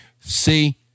See